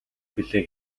билээ